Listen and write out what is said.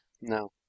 No